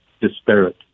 disparate